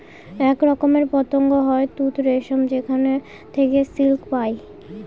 এক রকমের পতঙ্গ হয় তুত রেশম যেখানে থেকে সিল্ক পায়